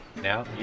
now